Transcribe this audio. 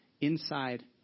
inside